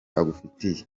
agufitiye